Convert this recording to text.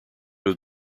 have